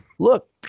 Look